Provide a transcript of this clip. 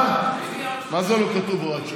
מה זה לא כתוב הוראת שעה?